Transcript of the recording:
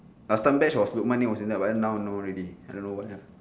last time batch was lukman name was in there but then now no already I don't know why ah